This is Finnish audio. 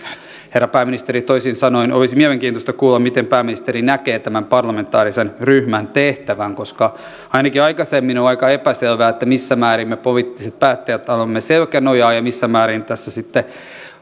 herra pääministeri toisin sanoen olisi mielenkiintoista kuulla miten pääministeri näkee tämän parlamentaarisen ryhmän tehtävän koska ainakin aikaisemmin on ollut aika epäselvää missä määrin me poliittiset päättäjät annamme selkänojaa ja missä määrin tässä sitten